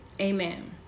Amen